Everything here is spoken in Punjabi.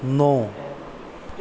ਨੌਂ